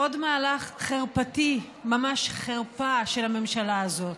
עוד מהלך חרפתי, ממש חרפה של הממשלה הזאת.